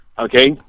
okay